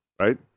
Right